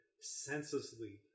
senselessly